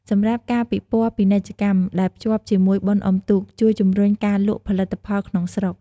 សម្រាប់ការពិព័រណ៍ពាណិជ្ជកម្មដែលភ្ជាប់ជាមួយបុណ្យអុំទូក ជួយជំរុញការលក់ផលិតផលក្នុងស្រុក។